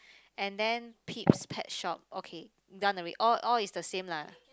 and then Pete's pet shop okay done alrea~ all all is the same lah